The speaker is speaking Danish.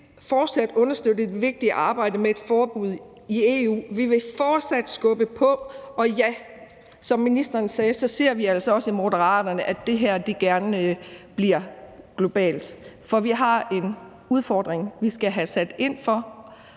fortsat understøtte det vigtige arbejde med et forbud i EU, vi vil fortsat skubbe på, og ja, som ministeren sagde, ser vi altså også gerne i Moderaterne, at det her bliver globalt. For vi har en udfordring, vi skal have sat ind over